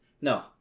no